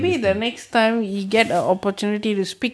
least time